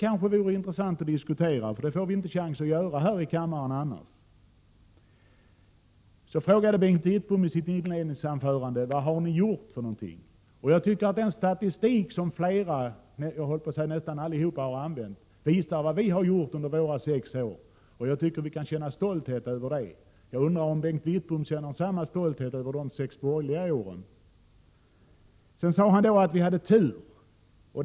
Det vore intressant att diskutera den saken nu, för det får vi inte en chans att göra här i kammaren annars. Bengt Wittbom frågade i sitt inledningsanförande: Vad har ni egentligen gjort för någonting? Jag tycker den statistik som flera, nästan allihop, har 83 använt visar vad vi har gjort under våra sex år. Jag tycker vi kan känna stolthet över det. Jag undrar om Bengt Wittbom känner samma stolthet över de sex borgerliga åren. Sedan sade han att vi hade haft tur.